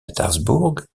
pétersbourg